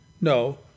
No